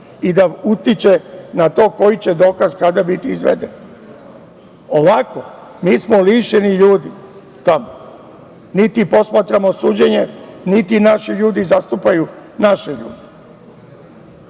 i da utiče na to koji će dokaz kada biti izveden. Ovako, mi smo lišeni ljudi tamo. Niti posmatramo suđenje, niti naši ljudi zastupaju naše ljude. To